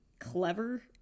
clever